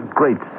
great